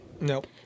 Nope